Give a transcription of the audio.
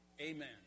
Amen